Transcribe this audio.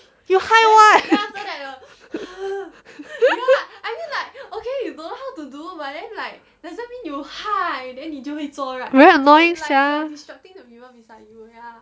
you !hais! what very annoying sia